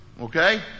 Okay